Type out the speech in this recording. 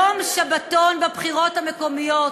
יום שבתון ביום הבחירות המקומיות.